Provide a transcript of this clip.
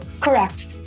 correct